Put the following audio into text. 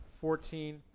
fourteen